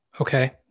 Okay